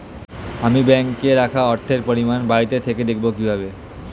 আমি ব্যাঙ্কে রাখা অর্থের পরিমাণ বাড়িতে থেকে দেখব কীভাবে?